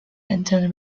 anton